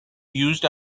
used